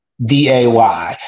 DAY